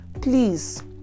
Please